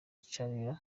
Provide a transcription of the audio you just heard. cholera